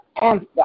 answer